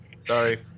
Sorry